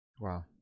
Wow